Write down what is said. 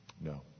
No